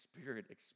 Spirit